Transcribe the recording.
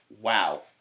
wow